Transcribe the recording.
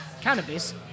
cannabis